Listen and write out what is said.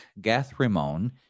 Gathrimon